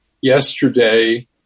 yesterday